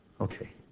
okay